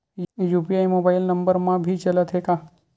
UPI mobile number मा भी चलते हे का?